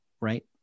right